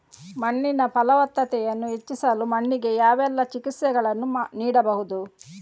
ಮಣ್ಣಿನ ಫಲವತ್ತತೆಯನ್ನು ಹೆಚ್ಚಿಸಲು ಮಣ್ಣಿಗೆ ಯಾವೆಲ್ಲಾ ಚಿಕಿತ್ಸೆಗಳನ್ನು ನೀಡಬಹುದು?